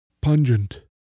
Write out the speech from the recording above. pungent